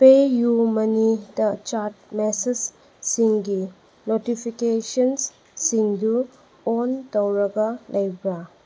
ꯄꯦ ꯌꯨ ꯃꯅꯤꯗ ꯆꯥꯠ ꯃꯦꯁꯦꯖꯁꯤꯡꯒꯤ ꯅꯣꯇꯤꯐꯤꯀꯦꯁꯟꯁꯤꯡꯗꯨ ꯑꯣꯟ ꯇꯧꯔꯒ ꯂꯩꯕ꯭ꯔꯥ